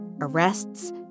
Arrests